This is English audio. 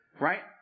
Right